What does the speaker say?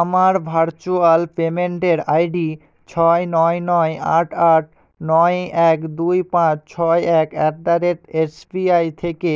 আমার ভার্চুয়াল পেমেন্টের আইডি ছয় নয় নয় আট আট নয় এক দুই পাঁচ ছয় এক অ্যাট দা রেট এসপিআই থেকে